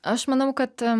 aš manau kad